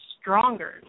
stronger